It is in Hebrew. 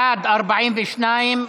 אתם מתנגדים, בעד, 42,